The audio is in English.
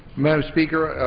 madam speaker,